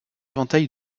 éventail